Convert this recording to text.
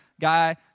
Guy